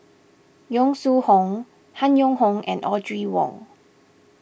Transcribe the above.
Yong Shu Hoong Han Yong Hong and Audrey Wong